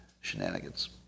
shenanigans